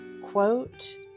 quote